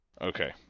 Okay